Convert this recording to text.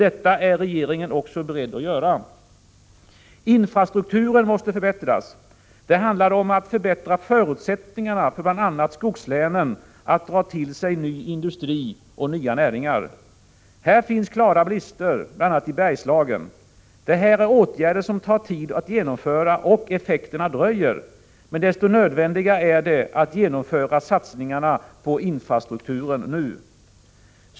Detta är regeringen också beredd att göra. Infrastrukturen måste förbättras. Det handlar om att förbättra förutsättningarna för bl.a. skogslänen att dra till sig ny industri och nya näringar. Här finns klara brister, bl.a. i Bergslagen. Det här är åtgärder som tar tid att genomföra, och effekterna dröjer, men desto nödvändigare är det att genomföra satsningarna på infrastrukturen nu.